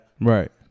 Right